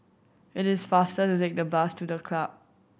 it is faster to take the bus to The Club